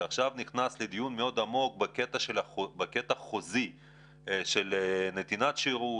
שעכשיו נכנס לדיון מאוד עמוק בקטע החוזי של נתינת שירות,